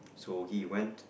so he went